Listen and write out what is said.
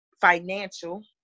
financial